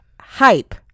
Hype